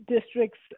districts